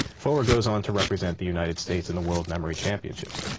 foer goes on to represent the united states in the world memory championships.